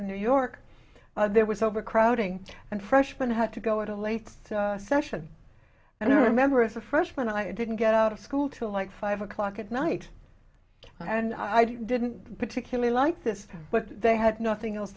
in new york there was overcrowding and freshman had to go at a late session and i remember as a freshman i didn't get out of school till like five o'clock at night and i didn't particularly like this but they had nothing else